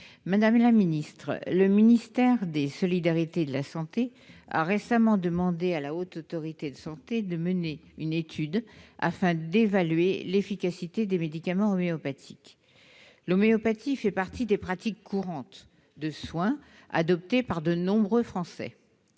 Delmont-Koropoulis. Le ministère des solidarités et de la santé a récemment demandé à la Haute Autorité de santé de mener une étude en vue d'évaluer l'efficacité des médicaments homéopathiques. L'homéopathie fait partie des pratiques courantes de soins de nos compatriotes. Un Français